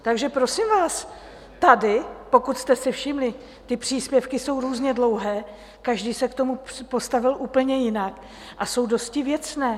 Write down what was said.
Takže prosím vás tady, pokud jste si všimli, příspěvky jsou různě dlouhé, každý se k tomu postavil úplně jinak a jsou dosti věcné.